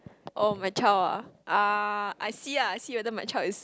oh my child ah uh I see ah I see whether my child is